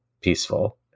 peaceful